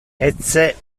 ecce